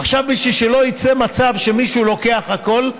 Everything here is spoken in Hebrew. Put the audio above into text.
עכשיו, בשביל שלא יצא מצב שמישהו לוקח הכול,